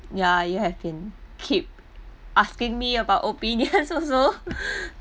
ya you have been keep asking me about opinion also